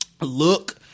look